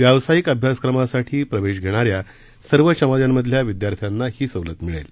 व्यावसायिक अभ्यासक्रमासाठी प्रवेश घेणाऱ्या सर्व समाजातल्या विद्यार्थ्यांना ही सवलत मिळेल